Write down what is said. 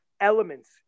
elements